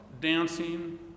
dancing